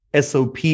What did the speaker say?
SOP